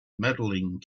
medaling